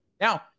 now